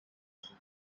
تون